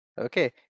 okay